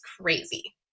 crazy